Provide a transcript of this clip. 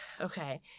Okay